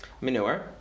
Manure